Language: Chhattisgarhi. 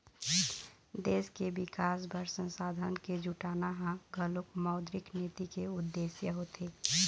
देश के बिकास बर संसाधन के जुटाना ह घलोक मौद्रिक नीति के उद्देश्य होथे